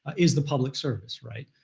is the public service, right?